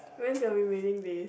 when's your revealing day